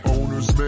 Owner's